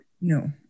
No